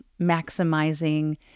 maximizing